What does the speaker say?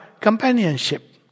companionship